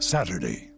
Saturday